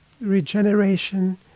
regeneration